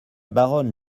baronne